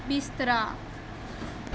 बिस्तरा